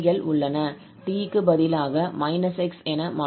𝑡 க்கு பதிலாக −𝑥 என மாற்றுவோம்